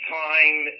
time